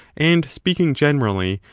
and, speaking generally,